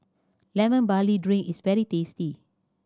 Lemon Barley Drink is very tasty